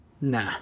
Nah